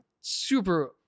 super